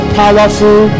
powerful